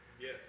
Yes